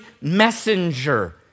messenger